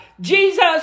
Jesus